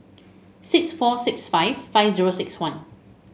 six four six five five zero six one